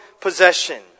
possession